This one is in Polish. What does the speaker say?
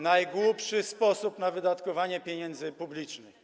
Najgłupszy sposób na wydatkowanie pieniędzy publicznych.